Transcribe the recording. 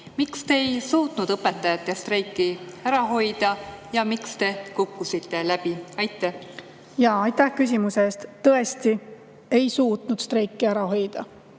Miks te ei suutnud õpetajate streiki ära hoida ja miks te kukkusite läbi? Aitäh küsimuse eest! Tõesti ei suutnud streiki ära hoida.